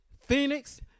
Phoenix